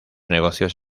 negocios